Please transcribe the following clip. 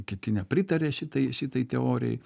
kiti nepritaria šitai šitai teorijai